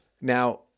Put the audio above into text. Now